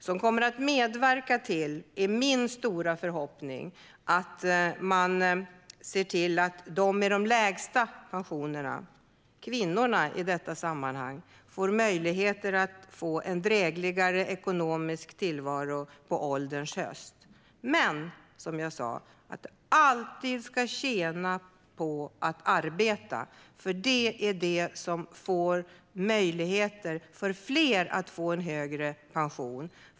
Det är min stora förhoppning att överenskommelsen kommer att medverka till att de med de lägsta pensionerna, kvinnorna, kan få en drägligare ekonomisk tillvaro på ålderns höst. Men man ska alltid tjäna på att arbeta. Det gör det möjligt för fler att få en högre pension.